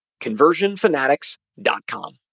conversionfanatics.com